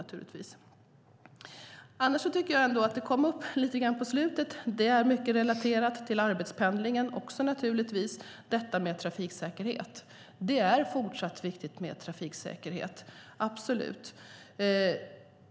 På slutet kom trafiksäkerheten upp, och det är förstås mycket relaterat till arbetspendlingen. Trafiksäkerhet är även fortsättningsvis viktigt.